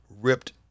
ripped